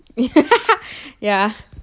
ya